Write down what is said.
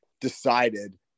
decided